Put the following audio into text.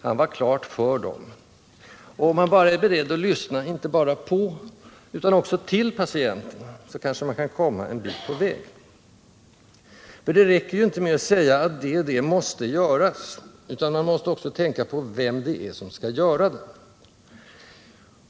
Han var klart för dessa. Och om man bara är beredd att lyssna inte bara på utan också till patienten, så kanske man kan komma en bit på väg. För det räcker ju inte med att säga att det och det måste göras, utan man måste också tänka på vem det är som skall göra det.